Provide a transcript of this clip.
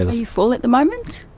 and you full at the moment?